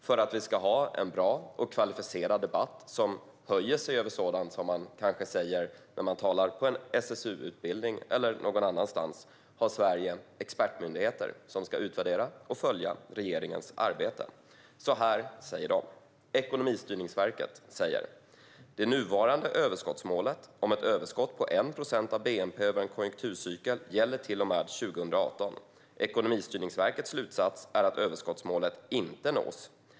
För att vi ska ha en bra och kvalificerad debatt som höjer sig över sådant som man kanske säger när man talar på exempelvis en SSU-utbildning har Sverige expertmyndigheter som ska utvärdera och följa regeringens arbete. Jag ska nu redovisa en del av vad de har framfört. Ekonomistyrningsverket skriver: "Det nuvarande överskottsmålet, om ett överskott på 1 procent av BNP över en konjunkturcykel, gäller till och med 2018. ESV:s slutsats är att överskottsmålet inte nås.